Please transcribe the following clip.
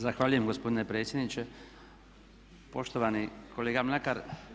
Zahvaljujem gospodine predsjedniče, poštovani kolega Mlakar.